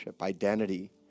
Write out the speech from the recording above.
identity